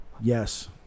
Yes